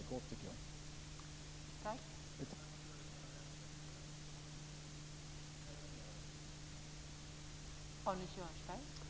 Jag returnerar dem.